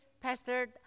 Pastor